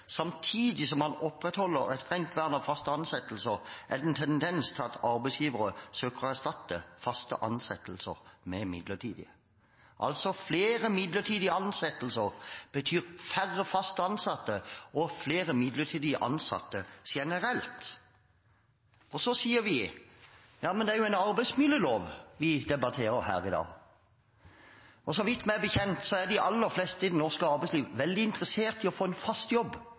samtidig som man opprettholder et strengt vern av faste ansettelser, er det en tendens til at arbeidsgivere søker å erstatte faste ansettelser med midlertidige.» Altså: Flere midlertidige ansettelser betyr færre fast ansatte og flere midlertidig ansatte generelt. Så sier vi: Ja, men det er jo en arbeidsmiljølov vi debatterer her i dag. Meg bekjent er de aller fleste i det norske arbeidsliv veldig interessert i å få en fast jobb